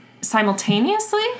Simultaneously